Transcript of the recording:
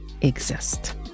exist